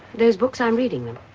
these books, i'm reading them.